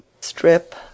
Strip